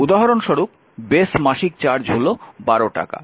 উদাহরণস্বরূপ বেস মাসিক চার্জ হল 12 টাকা